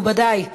מכובדי,